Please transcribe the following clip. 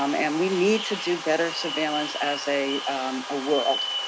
um and we need to do better surveillance as a ah world.